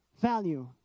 value